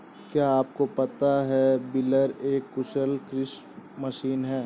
क्या आपको पता है बेलर एक कुशल कृषि मशीन है?